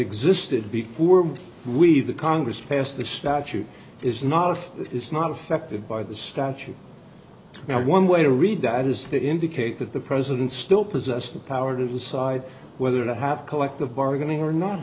existed before we the congress passed the statute is not if it's not affected by the statute now one way to read that is to indicate that the president still possessed the power to decide whether to have collective bargaining or not